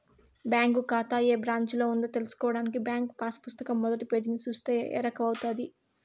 bank కాతా ఏ బ్రాంచిలో ఉందో తెల్సుకోడానికి బ్యాంకు పాసు పుస్తకం మొదటి పేజీని సూస్తే ఎరకవుతది